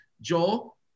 Joel